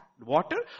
water